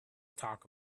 talk